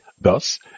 Thus